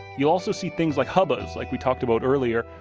you'll also see things like hubbas, like we've talked about earlier,